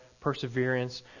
perseverance